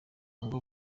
ngo